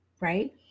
right